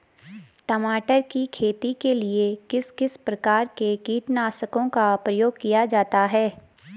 टमाटर की खेती के लिए किस किस प्रकार के कीटनाशकों का प्रयोग किया जाता है?